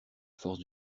force